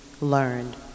learned